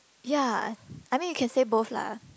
ya I mean you can say both lah